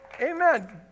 Amen